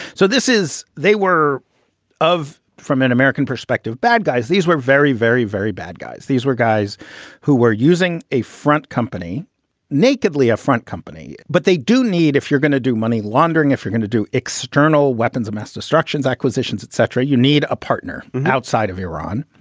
so this is they were of, from an american perspective, bad guys. these were very, very, very bad guys. these were guys who were using a front company nakedly a front company. but they do need if you're going to do money laundering, if you're going to do external weapons of mass destructions, acquisitions, et cetera. you need a partner outside of iran.